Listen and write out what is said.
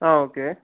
okay